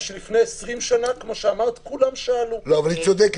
שאלה שלפני 20 שנה כולם שאלו אותה.